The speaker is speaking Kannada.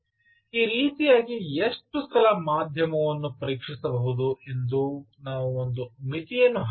ಈ ರೀತಿಯಾಗಿ ಎಷ್ಟು ಸಲ ಮಾಧ್ಯಮವನ್ನು ಪರೀಕ್ಷಿಸಬಹುದು ಎಂದು ನಾವು ಒಂದು ಮಿತಿಯನ್ನು ಹಾಕಬಹುದು